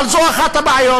אבל זו אחת הבעיות.